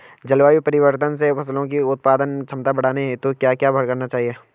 जलवायु परिवर्तन से फसलों की उत्पादन क्षमता बढ़ाने हेतु क्या क्या करना चाहिए?